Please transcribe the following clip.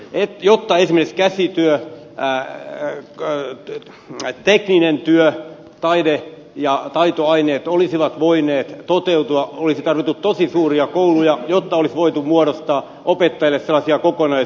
jotta esimerkiksi käsityö tekninen työ taide ja taitoaineet olisivat voineet toteutua olisi tarvittu tosi suuria kouluja jotta olisi voitu muodostaa opettajille sellaisia kokonaisuuksia että tätä alaa olisi pystytty opettamaan